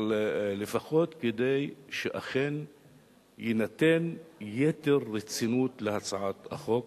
אבל לפחות כדי שאכן יינתן יתר רצינות להצעת החוק,